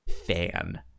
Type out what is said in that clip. fan